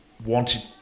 Wanted